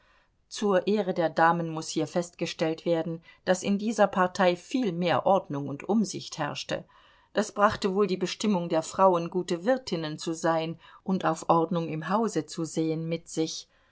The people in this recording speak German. zur ehre der damen muß hier festgestellt werden daß in dieser partei viel mehr ordnung und umsicht herrschte das brachte wohl die bestimmung der frauen gute wirtinnen zu sein und auf ordnung im hause zu sehen mit sich